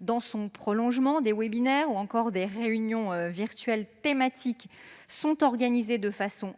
Dans son prolongement, des webinaires ou réunions virtuelles thématiques sont organisés